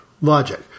logic